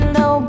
no